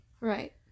Right